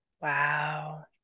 Wow